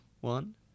one